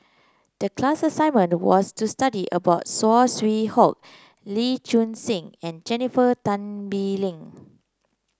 the class assignment was to study about Saw Swee Hock Lee Choon Seng and Jennifer Tan Bee Leng